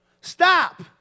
Stop